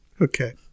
Okay